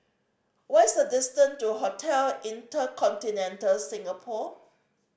what's this distance to Hotel InterContinental Singapore